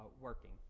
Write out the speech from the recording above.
working